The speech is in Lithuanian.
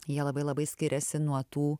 jie labai labai skiriasi nuo tų